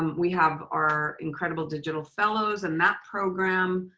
we have our incredible digital fellows in that program.